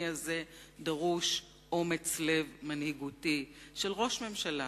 הזה דרוש אומץ לב מנהיגותי של ראש ממשלה,